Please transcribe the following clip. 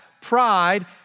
pride